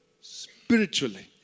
spiritually